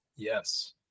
Yes